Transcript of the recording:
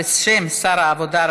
בשם שר העבודה,